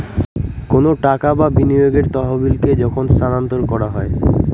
কোনো টাকা বা বিনিয়োগের তহবিলকে যখন স্থানান্তর করা হয়